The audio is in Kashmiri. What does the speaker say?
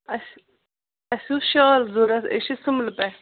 اَسہِ اَسہِ اوس شال ضوٚرت أسۍ چھِ سُمبلہٕ پٮ۪ٹھ